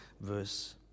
verse